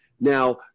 Now